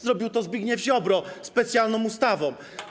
Zrobił to Zbigniew Ziobro specjalną ustawą.